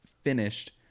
finished